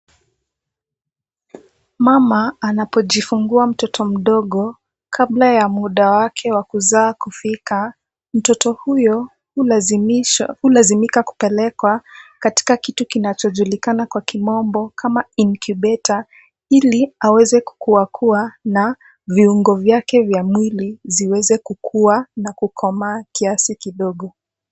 Mama anapojifungua mtoto mdogo kabla ya muda wake wa kuzaa kufika mtoto huyo hulazimika kupelekwa katika kitu kinachojulikana kwa kimombo kama incubator ili aweze kukua kua na viungo vyake vya mwili ziweze kukua na kukomaa kiasi kidogo.